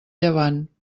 llevant